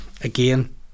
again